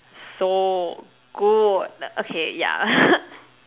so good okay yeah